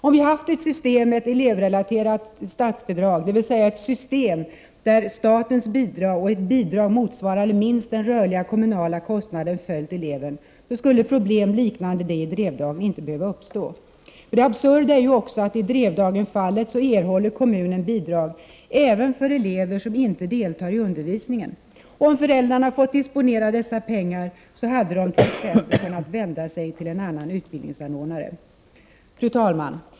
Om vi haft ett system med ett elevrelaterat statsbidrag, dvs. ett system där statens bidrag och ett bidrag motsvarande minst den rörliga kommunala kostnaden följt eleven, skulle problem liknande det i Drevdagen inte behöva uppstå. Det absurda är ju också att i Drevdagenfallet erhåller kommunen bidrag disponera dessa pengar, hade de t.ex. kunnat vända sig till en annan utbildningsanordnare. Fru talman!